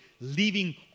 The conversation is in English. leaving